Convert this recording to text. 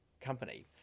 company